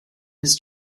his